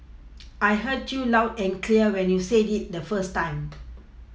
I heard you loud and clear when you said it the first time